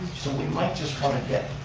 so we might just want to get,